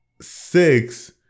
Six